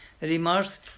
remarks